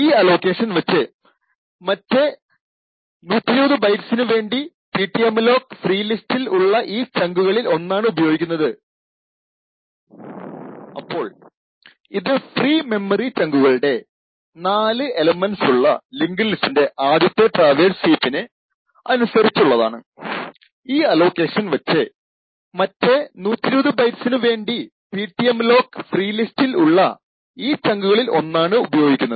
ഈ അലോക്കേഷൻ വച്ച് മറ്റേ 120 ബെറ്റിസിനു വേണ്ടി പിട്ടിഎംഅലോക് ഫ്രീ ലിസ്റ്റിൽ ഉള്ള ഈ ചങ്കുകളിൽ ഒന്നാണ് ഉപയോഗിക്കുന്നത്